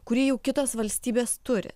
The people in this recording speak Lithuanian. kurį jau kitos valstybės turi